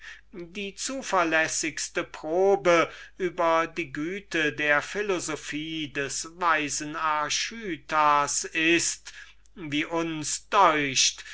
die zuverlässigste probe über die güte der philosophie des weisen archytas ist wie uns deucht